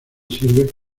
sirve